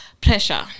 Pressure